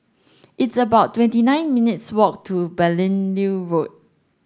it's about twenty nine minutes' walk to Beaulieu Road